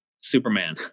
Superman